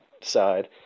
side